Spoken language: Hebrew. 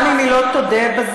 גם אם היא לא תודה בזה,